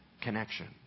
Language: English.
connection